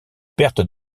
pertes